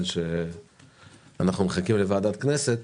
כי אנחנו מחכים לוועדת הכנסת,